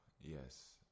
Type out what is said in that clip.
yes